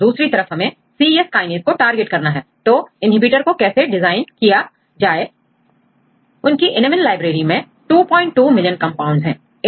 तोदूसरी तरफ हमेंcYES Kinase को टारगेट करना है तो inhibitor को कैसे डिजाइन किया जाए उनकीEnamine लाइब्रेरी में 22 मिलियन कंपाउंड्स है